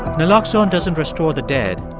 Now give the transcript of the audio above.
naloxone doesn't restore the dead,